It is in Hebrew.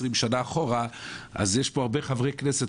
שנים אחורה אז יש פה הרבה חברי כנסת,